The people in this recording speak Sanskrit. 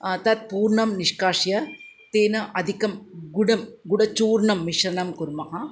तत् पूर्णं निष्कास्य तेन अधिकं गुडं गुडचूर्णं मिश्रणं कुर्मः